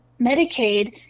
Medicaid